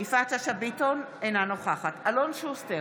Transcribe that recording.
יפעת שאשא ביטון, אינה נוכחת אלון שוסטר,